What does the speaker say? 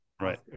right